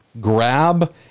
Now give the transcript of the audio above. grab